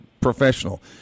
professional